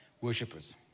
Worshippers